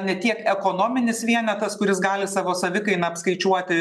ne tiek ekonominis vienetas kuris gali savo savikainą apskaičiuoti